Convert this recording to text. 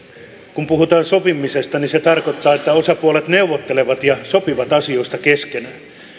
kun puhutaan sopimisesta niin se tarkoittaa että osapuolet neuvottelevat ja sopivat asioista keskenään